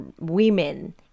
women